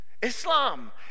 Islam